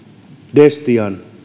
destian